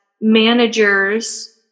managers